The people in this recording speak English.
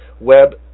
web